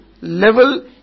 level